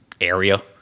area